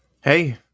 Hey